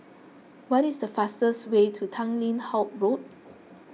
what is the fastest way to Tanglin Halt Road